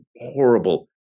horrible